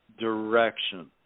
direction